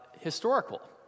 historical